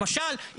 למשל,